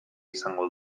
izango